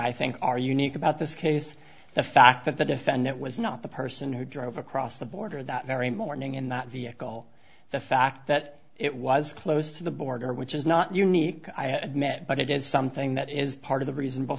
i think are unique about this case the fact that the defendant was not the person who drove across the border that very morning in that vehicle the fact that it was close to the border which is not unique i admit but it is something that is part of the reasonable